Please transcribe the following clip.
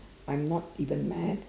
I'm not even mad